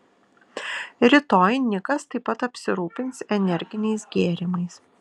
rytoj nikas taip pat apsirūpins energiniais gėrimais